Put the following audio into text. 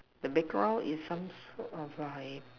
the background is some sort of like